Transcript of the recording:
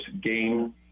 game